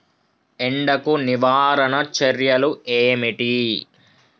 ఎండకు నివారణ చర్యలు ఏమిటి?